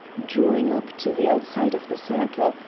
drawing up to the outside of the circle,